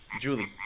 Julie